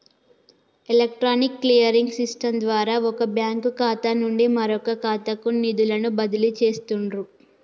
electronic clearing system ద్వారా వొక bank ఖాతా నుండి మరొకఖాతాకు నిధులను బదిలీ చేస్తండ్రు